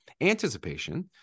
Anticipation